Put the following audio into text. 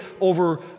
over